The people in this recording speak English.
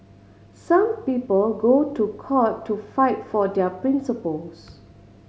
some people go to court to fight for their principles